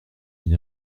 une